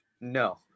No